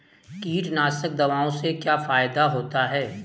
कीटनाशक दवाओं से क्या फायदा होता है?